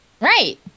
Right